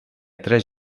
tres